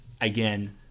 again